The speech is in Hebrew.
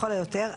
לכל היותר.